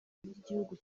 ry’igihugu